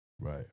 Right